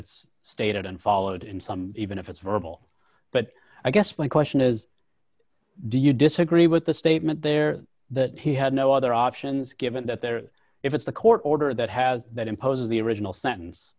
it's stated and followed in some even if it's verbal but i guess my question is do you disagree with the statement there that he had no other options given that they're if it's the court order that has that imposes the original sentence